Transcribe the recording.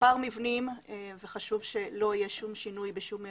מספר מבנים וחשוב שלא יהיה כל שינוי בשום מבנה.